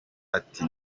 ati